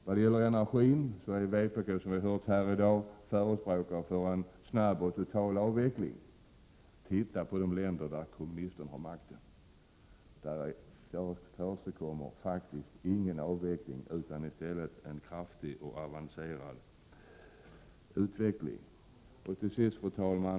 Vad gäller energipolitik är vpk, som vi hört i dag, förespråkare för en snabb och total avveckling av kärnkraften. Men i de länder där kommunister na har makten sker faktiskt ingen avveckling utan en kraftig och avancerad Prot. 1987/88:135 utveckling. 7 juni 1988 Fru talman!